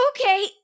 Okay